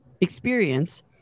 experience